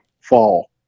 fall